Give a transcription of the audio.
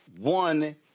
one